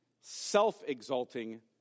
self-exalting